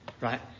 right